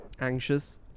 anxious